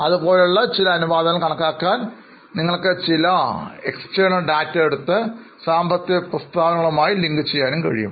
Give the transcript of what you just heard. അതുപോലെയുള്ള മറ്റു ചില അനുപാതങ്ങൾ കണക്കാക്കാൻ നിങ്ങൾക്ക് ചില ബാഹ്യ ഡാറ്റ എടുത്ത് സാമ്പത്തിക പ്രസ്താവനകളുമായി ലിങ്ക് ചെയ്യാനും കഴിയും